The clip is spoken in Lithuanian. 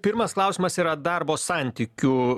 pirmas klausimas yra darbo santykių